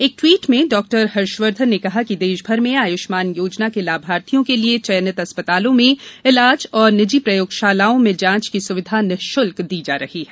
एक ट्वीट में डॉक्टर हर्षवर्धन ने कहा कि देशभर में आयुष्मान योजना के लाभार्थियों के लिए चयनित अस्पतालों में इलाज और निजी प्रयोगशालाओं में जांच की सुविधा निःशुल्क दी जा रही है